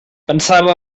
pensava